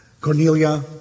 Cornelia